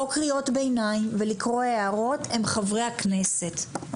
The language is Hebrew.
קריאות ביניים ולקרוא הערות הם חברי הכנסת.